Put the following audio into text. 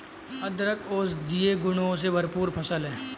अदरक औषधीय गुणों से भरपूर फसल है